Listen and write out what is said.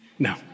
No